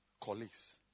Colleagues